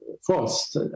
forced